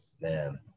Man